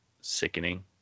sickening